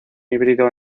híbrido